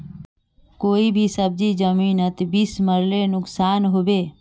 कोई भी सब्जी जमिनोत बीस मरले नुकसान होबे?